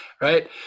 right